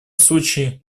случае